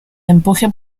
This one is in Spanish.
empuje